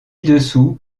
dessous